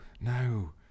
No